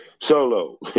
Solo